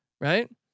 right